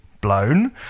blown